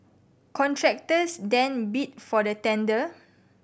contractors then bid for the tender